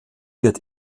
wird